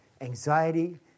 anxiety